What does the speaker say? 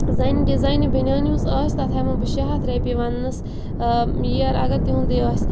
زَنہٕ ڈِزاینہ بنۍیان یُس آسہِ تتھ ہیٚوان بہٕ شےٚ ہتھ رۄپیہِ وَننَس یِیَر اَگَر تِہُندُے آسہِ